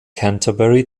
canterbury